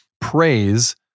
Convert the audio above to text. praise